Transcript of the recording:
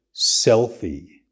selfie